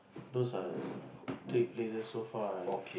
those are three places so far I